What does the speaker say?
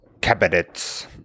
cabinets